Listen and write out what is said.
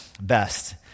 best